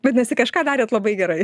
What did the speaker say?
vadinasi kažką darėt labai gerai